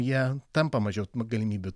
jie tampa mažiau galimybių